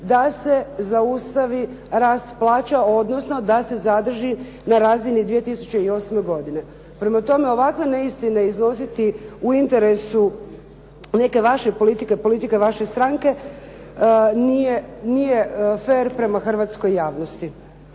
da se zaustavi rast plaća odnosno da se zadrži na razini 2008. godine. Prema tome, ovakve neistine iznositi u interesu neke vaše politike, politike vaše stranke nije fer prema hrvatskoj javnosti.